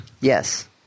Yes